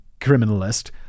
criminalist